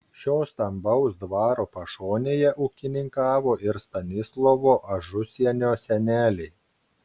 šio stambaus dvaro pašonėje ūkininkavo ir stanislovo ažusienio seneliai